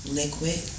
liquid